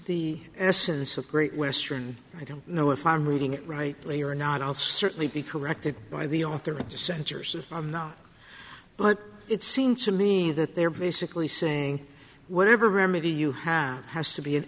the essence of great western i don't know if i'm reading it rightly or not i'll certainly be corrected by the author of the sensors i'm not but it seems to me that they're basically saying whatever remedy you have has to be an